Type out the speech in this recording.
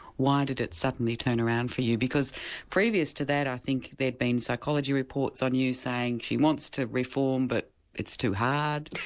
why did it suddenly turn around for you? because previous to that i think there had been psychology reports on you, saying she wants to reform, but it's too hard'.